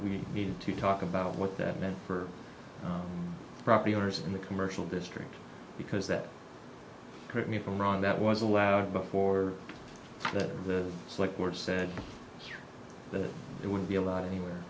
we needed to talk about what that meant for property owners in the commercial district because that correct me if i'm wrong that was a while before that the word said that it wouldn't be allowed anywhere